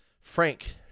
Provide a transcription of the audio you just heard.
Frank